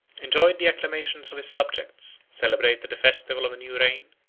enjoyed the acclamations of his subjects, celebrated the festival of a new reign,